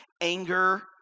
anger